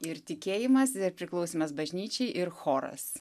ir tikėjimas ir priklausymas bažnyčiai ir choras